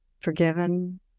forgiven